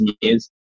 years